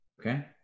Okay